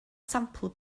sampl